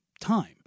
time